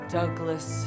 Douglas